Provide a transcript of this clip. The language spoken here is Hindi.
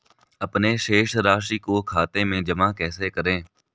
अपने शेष राशि को खाते में जमा कैसे करें?